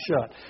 shut